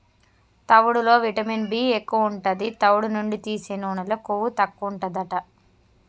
తవుడులో vitamin B ఎక్కువు ఉంటది, తవుడు నుండి తీసే నూనెలో కొవ్వు తక్కువుంటదట